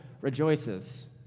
rejoices